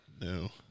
No